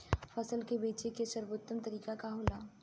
फसल के बेचे के सर्वोत्तम तरीका का होला?